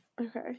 Okay